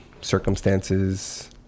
circumstances